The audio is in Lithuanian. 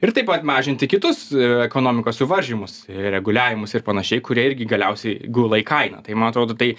ir taip pat mažinti kitus ekonomikos suvaržymus reguliavimus ir panašiai kurie irgi galiausiai gula į kainą tai man atrodo tai